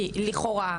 כי לכאורה,